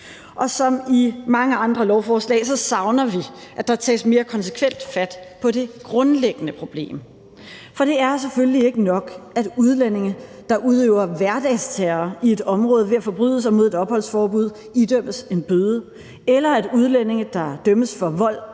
Og som i mange andre lovforslag savner vi, at der tages mere konsekvent fat på det grundlæggende problem. For det er selvfølgelig ikke nok, at udlændinge, der udøver hverdagsterror i et område ved at forbryde sig mod et opholdsforbud, idømmes en bøde, eller at udlændinge, der dømmes for vold